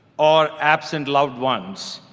or absent loved ones,